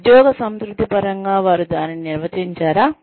ఉద్యోగ సంతృప్తి పరంగా వారు దానిని నిర్వచించారా